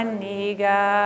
Aniga